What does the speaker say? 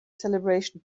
celebration